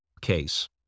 case